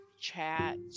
chat